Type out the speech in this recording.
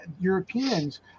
Europeans